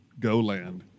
GoLand